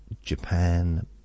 Japan